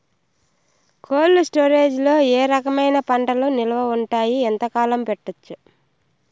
Cold storage లో ఏ రకమైన పంటలు నిలువ ఉంటాయి, ఎంతకాలం పెట్టొచ్చు?